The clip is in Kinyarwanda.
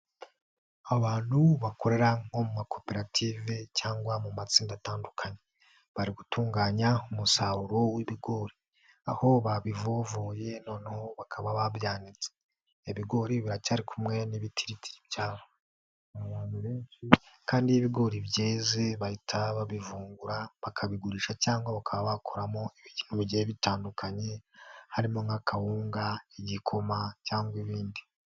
Abantu bakorera nko mu makoperative cyangwa mu matsinda atandukanye. Bari gutunganya umusaruro w'ibigori, aho babivovoye noneho bakaba babyanitse ibigori biracyari kumwe n'ibitritiri byabyo kandi n'ibigori byeze bahita babivungura bakabigurisha cyangwa bakabikoramo ibintu bigiye bitandukanye harimo nk'akawunga, igikoma cyangwa ibindi.